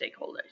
stakeholders